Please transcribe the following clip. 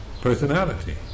personality